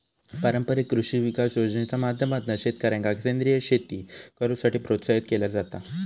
पारंपारिक कृषी विकास योजनेच्या माध्यमातना शेतकऱ्यांका सेंद्रीय शेती करुसाठी प्रोत्साहित केला जाता